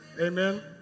Amen